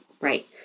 Right